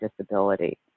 disability